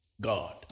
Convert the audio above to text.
God